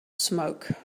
smoke